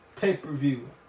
pay-per-view